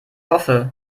hoffe